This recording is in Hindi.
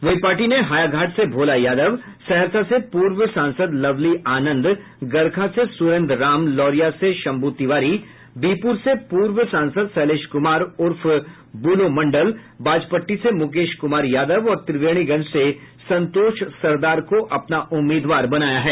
वहीं पार्टी ने हायाघाट से भोला यादव सहरसा से पूर्व सांसद लवली आनंद गरखा से सुरेन्द्र राम लौरिया से शम्भू तिवारी बिहपुर से पूर्व सांसद शैलेश कुमार उर्फ बुलो मंडल बाजपट्टी से मुकेश कुमार यादव और त्रिवेणीगंज से संतोष सरदार को अपना उम्मीदवार बनाया है